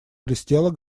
блестела